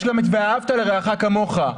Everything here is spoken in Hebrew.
יש גם את "ואהבת לרעך כמוך".